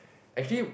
actually